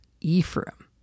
Ephraim